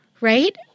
right